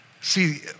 See